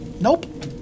Nope